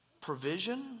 provision